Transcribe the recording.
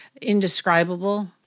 indescribable